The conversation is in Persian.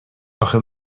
اخه